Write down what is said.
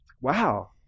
Wow